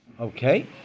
Okay